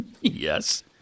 Yes